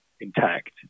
intact